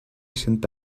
cent